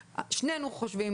שנינו חושבים,